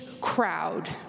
crowd